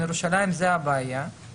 נכון, הבעיה היא בירושלים.